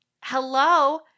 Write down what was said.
Hello